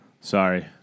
Sorry